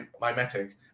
mimetic